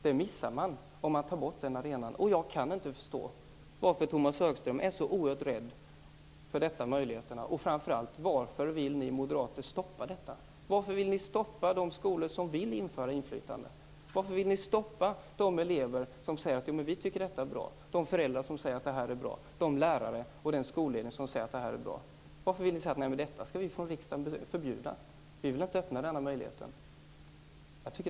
Det missar man om man tar bort denna arena. Jag kan inte förstå varför Tomas Högström är så oerhört rädd för dessa möjligheter, och framför allt: Varför vill ni moderater stoppa detta? Varför vill ni stoppa de skolor som vill införa inflytande? Varför vill ni stoppa de elever som säger att de tycker att detta är bra, de föräldrar som säger att det här är bra och de lärare och den skolledning som säger att det här är bra? Varför vill ni säga att vi i riksdagen skall förbjuda detta, att vi inte vill öppna den här möjligheten?